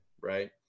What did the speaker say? right